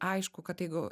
aišku kad jeigu